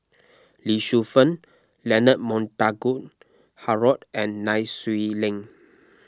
Lee Shu Fen Leonard Montague Harrod and Nai Swee Leng